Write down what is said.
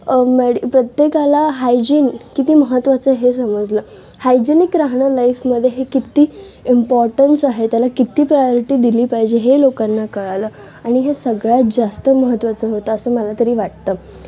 made प्रत्येकाला hygiene किती महत्वाचं आहे हे समजलं हायजिनिक राहणे लाईफमध्ये हे कित्ती इम्पॉर्टन्स आहे त्याला किती प्रायोरिटी दिली पाहिजे हे लोकांना कळालं आणि हे सगळ्याच जास्त महत्वाचं होतं असं मला तरी वाटतं